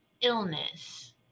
illness